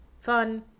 fun